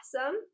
awesome